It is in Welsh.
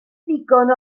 ddigon